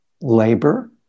labor